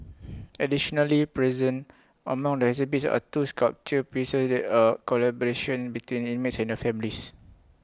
if we break down tasks not all of them require the creativity or experience deemed irreplaceable